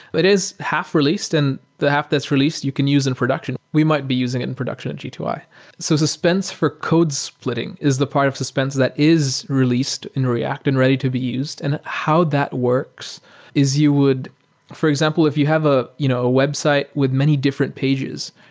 it is half released, and the half that's released you can use in production. we might be using it in production at g two. so suspense for code splitting is the part of suspense that is released in react and ready to be used. and how that works is you would for example, if you have a you know website with many different pages,